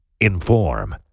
inform